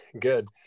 good